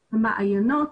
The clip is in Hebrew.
המעיינות,